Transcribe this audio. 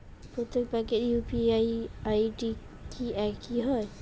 প্রত্যেক ব্যাংকের UPI ID কি একই হয়?